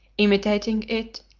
imitating it,